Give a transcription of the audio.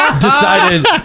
Decided